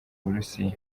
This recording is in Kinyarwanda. burusiya